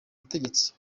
butegetsi